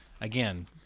Again